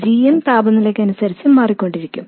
gm താപനിലയ്ക് അനുസരിച്ച് മാറിക്കൊണ്ടിരിക്കും